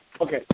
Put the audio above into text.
Okay